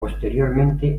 posteriormente